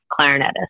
clarinetist